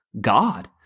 God